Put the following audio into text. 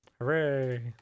Hooray